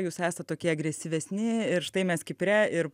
jūs esat tokie agresyvesni ir štai mes kipre ir